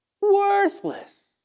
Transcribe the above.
worthless